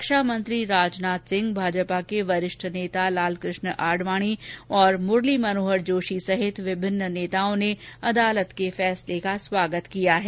रक्षामंत्री राजनाथ सिंह भाजपा के वरिष्ठ नेता लालकृष्ण आडवाणी मुरली मनोहर जोशी सहित विभिन्न नेताओं ने अदालत के फैसले का स्वागत किया है